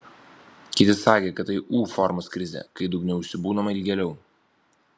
kiti sakė kad tai u formos krizė kai dugne užsibūnama ilgėliau